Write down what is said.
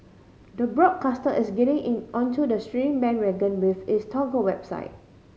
the broadcaster is getting in onto the streaming bandwagon with its Toggle website